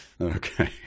Okay